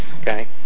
okay